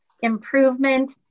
improvement